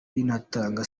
banatanga